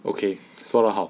okay 说得好